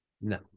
No